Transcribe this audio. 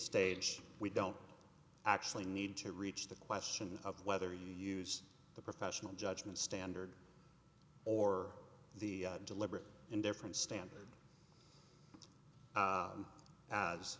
stage we don't actually need to reach the question of whether you use the professional judgment standard or the deliberate indifference stand